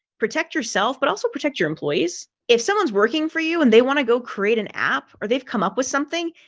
protect yourself, but also protect your employees. if someone's working for you. and they want to go create an app or they've come up with something.